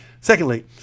secondly